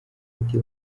ati